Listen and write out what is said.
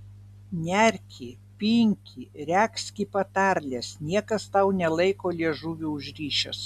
nerki pinki regzki patarles niekas tau nelaiko liežuvio užrišęs